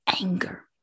anger